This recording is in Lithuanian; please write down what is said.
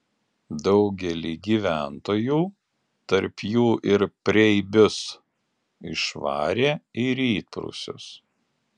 daugelį gyventojų tarp jų ir preibius išvarė į rytprūsius